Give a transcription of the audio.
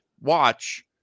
watch